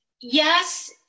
Yes